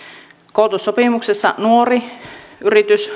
koulutussopimuksessa nuori yritys